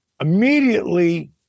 immediately